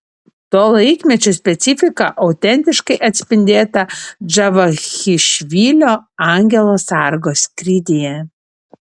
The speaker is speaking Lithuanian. to laikmečio specifika autentiškai atspindėta džavachišvilio angelo sargo skrydyje